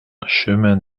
chemin